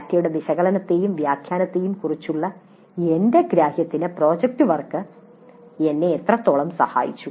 ഡാറ്റയുടെ വിശകലനത്തെയും വ്യാഖ്യാനത്തെയും കുറിച്ചുള്ള എന്റെ ഗ്രാഹ്യത്തിന് പ്രോജക്റ്റ് വർക്ക് എന്നെ എത്രത്തോളം സഹായിച്ചു